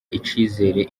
icizere